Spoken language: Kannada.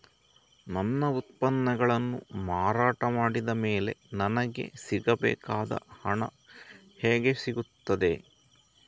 ನನ್ನ ಉತ್ಪನ್ನಗಳನ್ನು ಮಾರಾಟ ಮಾಡಿದ ಮೇಲೆ ನನಗೆ ಸಿಗಬೇಕಾದ ಹಣ ಹೇಗೆ ಸಿಗುತ್ತದೆ?